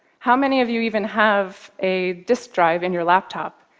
how many of you even have a disk drive in your laptop,